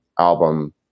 album